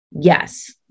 yes